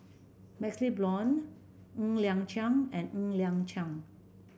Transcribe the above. MaxLe Blond Ng Liang Chiang and Ng Liang Chiang